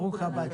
ברוך הבא,